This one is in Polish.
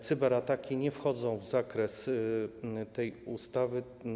Cyberataki nie wchodzą w zakres tej ustawy.